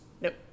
Nope